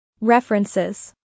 References